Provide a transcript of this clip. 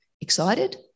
excited